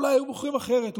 אולי היו בוחרים אחרת,